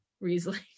Riesling